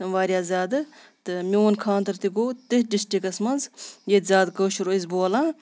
واریاہ زیادٕ تہٕ میون خاندَر تہِ گوٚو تٔتھۍ ڈِسٹرٛکٹَس منٛز ییٚتہِ زیادٕ کٲشُر ٲسۍ بولان